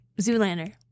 Zoolander